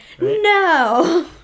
no